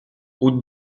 route